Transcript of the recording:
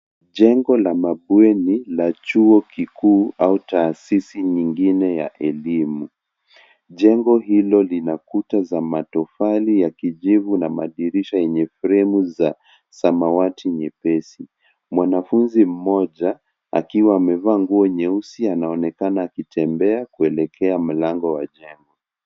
Jengo la mabweni la chuo kikuu au taasisi nyingine ya elimu. Jengo hilo lina kuta za matofali ya kijivu na madirisha yenye fremu za samawati nyepesi. Mwanafunzi mmoja akiwa amevaa nguo nyeusi anaonekana akitembea kuelekea mlango wa jengo.